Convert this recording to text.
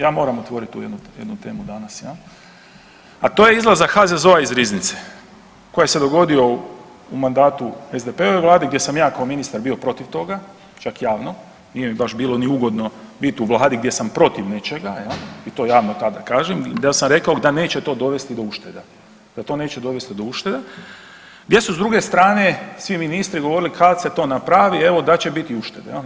Ja moram otvorit tu jednu temu danas jel, a to je izlazak HZZO iz riznice koji se dogodio u mandatu SDP-ove vlade gdje sam ja kao ministar bio protiv toga, čak javno, nije mi baš bilo ni ugodno bit u vladi gdje sam protiv nečega jel i to javno tada kažem da sam rekao da neće to dovesti do ušteda, da to neće dovest do ušteda, gdje su s druge strane svi ministri govorili kad se to napravi evo da će biti uštede jel.